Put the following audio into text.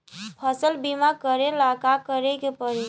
फसल बिमा करेला का करेके पारी?